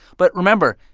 but remember,